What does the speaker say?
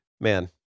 Man